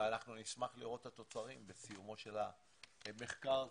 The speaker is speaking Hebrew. ואנחנו נשמח לראות את התוצרים בסיומו של המחקר הזה.